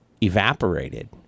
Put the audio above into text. evaporated